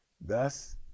Thus